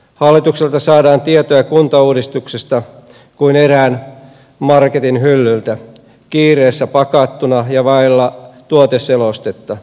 hallitukselta saadaan tietoja kuntauudistuksesta kuin erään marketin hyllyltä kiireessä pakattuna ja vailla tuoteselostetta